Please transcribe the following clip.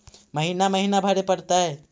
महिना महिना भरे परतैय?